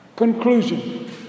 conclusion